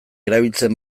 erabiltzen